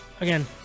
again